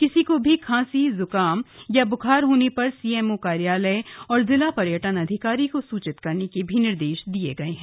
किसी को भी खांसीए ज्काम और ब्खार होने पर सीएमओ कार्यालय और जिला पर्यटन अधिकारी को सूचित करने के निर्देश भी दिये गए हैं